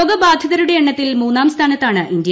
രോഗബാധിതരുടെ എണ്ണത്തിൽ മൂന്നാം സ്ഥാനത്താണ് ഇന്ത്യ